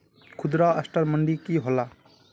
खुदरा असटर मंडी की होला?